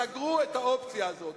סגרו את האופציה הזאת,